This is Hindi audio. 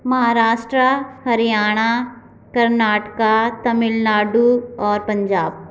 महाराष्ट्र हरियाणा कर्नाटक तमिलनाडु और पंजाब